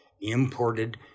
imported